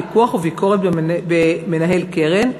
פיקוח וביקורת אצל מנהל קרן,